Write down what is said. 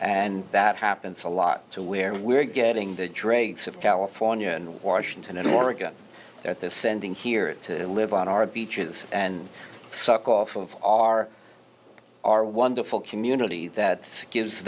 and that happens a lot to where we're getting the dregs of california and washington and oregon that this sending here to live on our beaches and suck off of our our wonderful community that gives